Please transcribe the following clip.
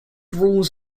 rules